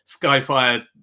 Skyfire